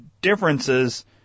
differences